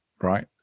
Right